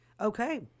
okay